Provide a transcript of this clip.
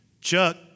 Chuck